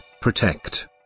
Protect